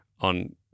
on